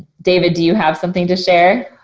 david, do you have something to share?